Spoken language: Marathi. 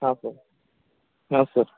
हां सर हां सर